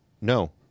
no